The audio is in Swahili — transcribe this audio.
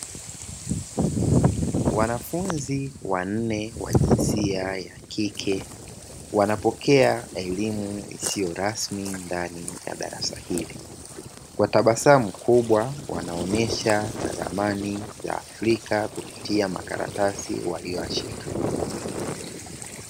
Wanafunzi wanne wa jinsia ya kike wanapokea elimu isiyo rasmi ndani ya darasa hili. Kwa tabasamu kubwa wanaonesha ramani ya Africa kupitia makaratasi waliyo yashika.